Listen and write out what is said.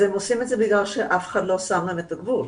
הם עושים את זה בגלל שאף אחד לא שם להם את הגבול,